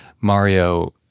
Mario